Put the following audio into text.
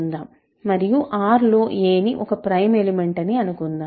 మరియు R లో a ని ఒక ప్రైమ్ ఎలిమెంట్ అని అనుకుందాం